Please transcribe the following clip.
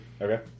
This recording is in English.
Okay